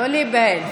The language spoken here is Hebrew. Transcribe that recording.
לא להיבהל.